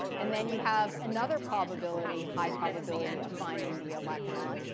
and then you have another probability, high probability of finding the electron.